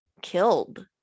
killed